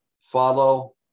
follow